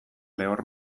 lehor